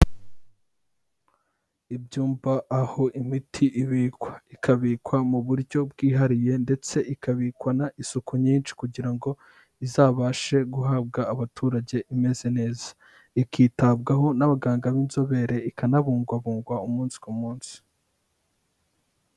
Ibyumba, aho imiti ibikwa, ikabikwa mu buryo bwihariye ndetse ikabikwana isuku nyinshi kugira ngo izabashe guhabwa abaturage imeze neza, ikitabwaho n'abaganga b'inzobere ikanabungwabungwa umunsi ku munsi.